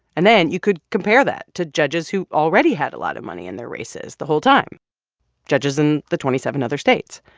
and then you could compare that to judges who already had a lot of money in their races the whole time judges in the twenty seven other states